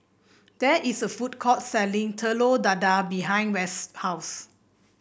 there is a food court selling Telur Dadah behind West's house